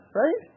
right